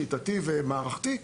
שיטתי ומערכתי.